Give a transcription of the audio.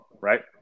right